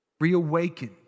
reawakened